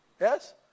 Yes